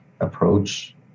approach